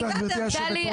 טלי,